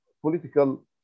political